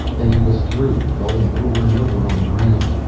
then he was through, rolling over and over on the ground.